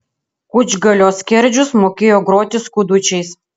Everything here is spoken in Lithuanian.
kučgalio skerdžius mokėjo groti skudučiais